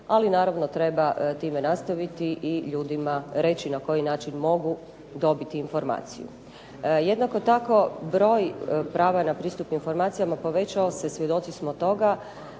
Ali naravno treba time nastaviti i ljudima reći na koji način mogu dobiti informaciju. Jednako tako broj prava na pristup informacijama povećao se svjedoci smo toga